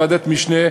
ועדת משנה,